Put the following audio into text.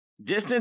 distance